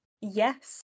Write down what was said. yes